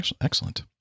Excellent